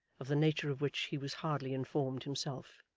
of the nature of which he was hardly informed himself.